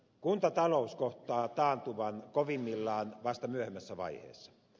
kuntatalous kohtaa taantuman kovimmillaan vasta myöhemmässä vaiheessa